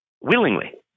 willingly